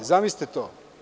Zamislite to.